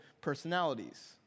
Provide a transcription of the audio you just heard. personalities